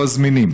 לא זמינים.